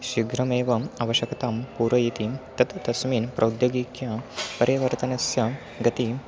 शीघ्रमेव आवश्यकतां पूरयिति तत् तस्मिन् प्रौद्योगिक्या परिवर्तनस्य गतिं